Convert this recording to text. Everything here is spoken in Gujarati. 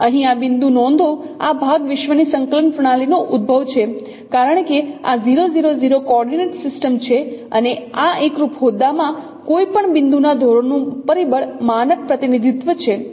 અહીં આ બિંદુ નોંધો આ ભાગ વિશ્વની સંકલન પ્રણાલીનો ઉદ્ભવ છે કારણ કે આ 0 0 0 કોઓર્ડિનેટ સિસ્ટમ છે અને આ એકરૂપ હોદ્દામાં કોઈપણ બિંદુના ધોરણનું પરિબળ માનક પ્રતિનિધિત્વ છે